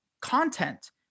content